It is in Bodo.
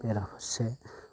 बेराफारसे